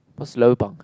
what's lobang